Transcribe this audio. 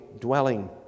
dwelling